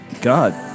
God